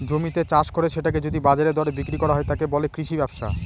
জমিতে চাষ করে সেটাকে যদি বাজারের দরে বিক্রি করা হয়, তাকে বলে কৃষি ব্যবসা